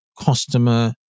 customer